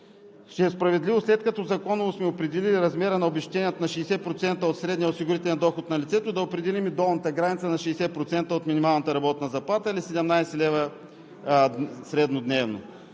ще е справедливо, след като законово сме определили размера на обезщетението на 60% от средния осигурителен доход на лицето, да определим и долната граница на 60% от минималната работна заплата, или 17 лв. среднодневно.